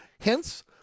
Hence